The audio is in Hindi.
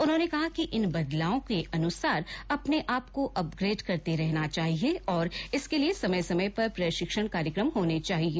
उन्होंने कहा कि इन बदलावों के अनुसार अपने आप को अपग्रेड करते रहना चाहिये और इसके लिए समय समय पर प्रशिक्षण कार्यक्रम होने चाहिये